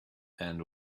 and